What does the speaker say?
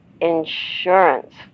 insurance